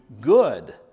good